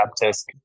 Baptist